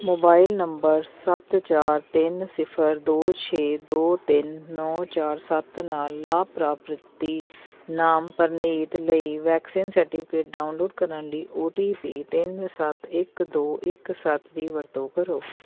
mobile number ਸੱਤ ਚਾਰ ਤਿੰਨ ਸਿਫਰ ਦੋ ਛੇ ਦੋ ਤਿੰਨ ਨੌ ਚਾਰ ਸੱਤ ਨਾਲ ਲਾਭ ਪਾਤਰੀ ਨਾਮ ਪ੍ਰਨੀਤ ਲਈ ਵੈਕਸੀਨ ਸਰਟੀਫਿਕੇਟ ਡਾਊਨਲੋਡ ਕਰਨ ਲਈ ਓ ਟੀ ਪੀ ਤਿੰਨ ਸੱਤ ਇੱਕ ਦੋ ਇੱਕ ਸੱਤ ਦੀ ਵਰਤੋਂ ਕਰੋ